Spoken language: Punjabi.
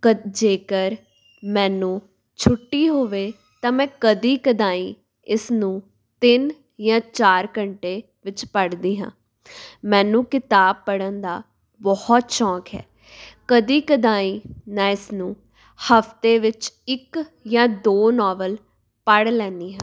ਗ ਜੇਕਰ ਮੈਨੂੰ ਛੁੱਟੀ ਹੋਵੇ ਤਾਂ ਮੈਂ ਕਦੇ ਕਦਾਈਂ ਇਸਨੂੰ ਤਿੰਨ ਜਾਂ ਚਾਰ ਘੰਟੇ ਵਿੱਚ ਪੜ੍ਹਦੀ ਹਾਂ ਮੈਨੂੰ ਕਿਤਾਬ ਪੜ੍ਹਨ ਦਾ ਬਹੁਤ ਸ਼ੌਂਕ ਹੈ ਕਦੇ ਕਦਾਈਂ ਮੈ ਇਸ ਨੂੰ ਹਫਤੇ ਵਿੱਚ ਇੱਕ ਜਾਂ ਦੋ ਨਾਵਲ ਪੜ੍ਹ ਲੈਂਦੀ ਹਾਂ